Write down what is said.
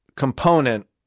Component